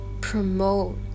promote